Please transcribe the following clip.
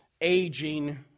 aging